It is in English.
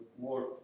more